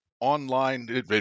online